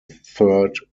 third